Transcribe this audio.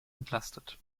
entlastet